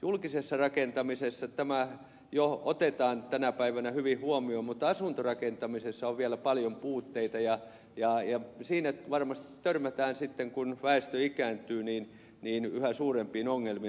julkisessa rakentamisessa tämä jo otetaan tänä päivänä hyvin huomioon mutta asuntorakentamisessa on vielä paljon puutteita ja siinä varmasti törmätään sitten kun väestö ikääntyy yhä suurempiin ongelmiin